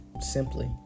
simply